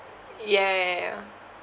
ya ya ya